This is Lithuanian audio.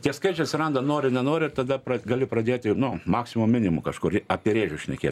tie skaičiai atsiranda nori nenori ir tada gali pradėti nu maksimum minimu kažkur apie rėžius šnekėt